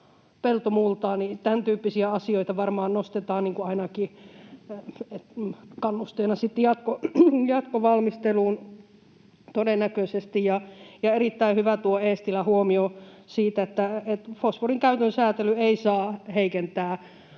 peltomultaa. Tämäntyyppisiä asioita varmaan nostetaan ainakin kannusteena sitten jatkovalmisteluun, todennäköisesti. Ja oli erittäin hyvä tuo Eestilän huomio siitä, että fosforinkäytön säätely ei saa heikentää